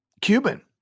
Cuban